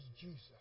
Jesus